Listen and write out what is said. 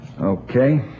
Okay